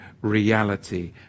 reality